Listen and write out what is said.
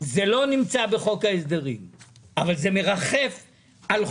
תלך לאישה הזאת שגרה בבני ברק ותגיד לה שלילד